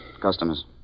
Customers